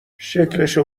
شکلشو